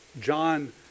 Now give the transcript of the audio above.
John